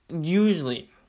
Usually